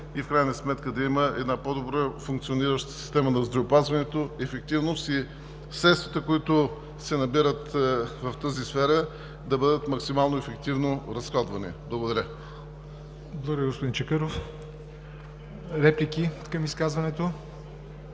и в крайна сметка да има една по-добре функционираща система на здравеопазването, ефективност и средствата, които се набират в тази сфера, да бъдат максимално ефективно разходвани. Благодаря. ПРЕДСЕДАТЕЛ ЯВОР НОТЕВ: Благодаря Ви, господин Чакъров. Реплики към изказването?